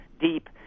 deep